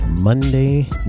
Monday